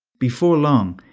before long,